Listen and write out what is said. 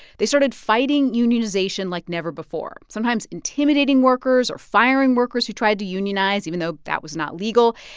they started fighting unionization like never before, sometimes intimidating workers or firing workers who tried to unionize, even though that was not legal,